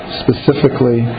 specifically